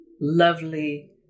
lovely